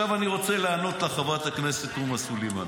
עכשיו אני רוצה לענות לך, חברת הכנסת תומא סלימאן: